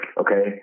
Okay